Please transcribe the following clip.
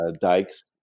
dikes